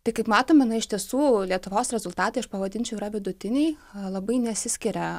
tai kaip matome na iš tiesų lietuvos rezultatai aš pavadinčiau yra vidutiniai labai nesiskiria